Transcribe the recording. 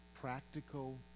practical